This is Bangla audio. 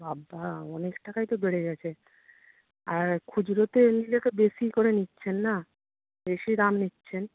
বাবা অনেক টাকাই তো বেড়ে গেছে আর খুচরোতে নিলে তো বেশি করে নিচ্ছেন না বেশি দাম নিচ্ছেন